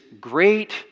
great